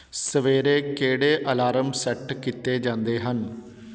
ਸਵੇਰੇ ਕਿਹੜੇ alarm set ਕੀਤੇ ਜਾਂਦੇ ਹਨ